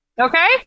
Okay